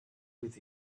with